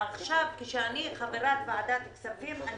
עכשיו כשאני חברת ועדת הכספים,